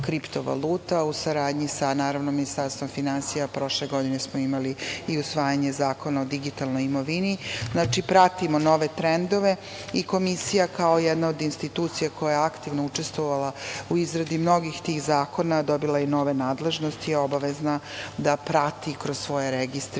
u saradnji sa Ministarstvom finansija. Prošle godine smo imali i usvajanje Zakona o digitalnoj imovini. Znači, pratimo nove trendove, i Komisija kao jedna od institucija koja je aktivno učestvovala u izradi mnogih tih zakona, dobila je i nove nadležnosti, i obavezna je da prati kroz svoje registre